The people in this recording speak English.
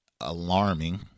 alarming